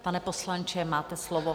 Pane poslanče, máte slovo.